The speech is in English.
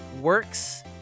works